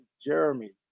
Jeremy